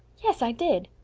yes, i did.